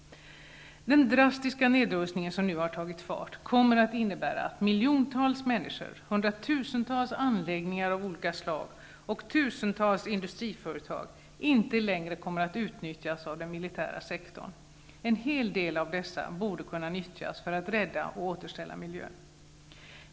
Den drastiska nedrustning som nu har tagit fart kommer att innebära att miljontals människor, hundratusentals anläggningar av olika slag och tusentals industriföretag inte längre kommer att utnyttjas av den militära sektorn. En hel del av dessa resurser borde kunna utnyttjas för att rädda och återställa miljön.